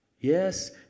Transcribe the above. Yes